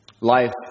Life